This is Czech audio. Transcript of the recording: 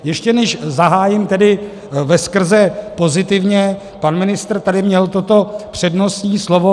Ještě než zahájím tedy veskrze pozitivně, pan ministr tady měl toto přednostní slovo.